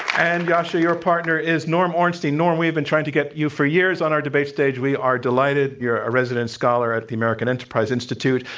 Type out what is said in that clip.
and yascha, your partner is norm ornstein. norm, we've been trying to get you for years on our debate stage. we are delighted. norm, you're a resident scholar at the american enterprise institute.